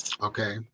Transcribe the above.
Okay